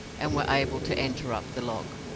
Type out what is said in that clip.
and were able to enter up the log.